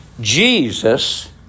Jesus